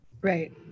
right